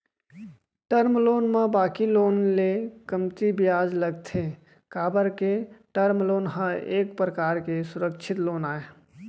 term loan म बाकी loan ले कमती बियाज लगथे काबर के टर्म लोन ह एक परकार के सुरक्छित लोन आय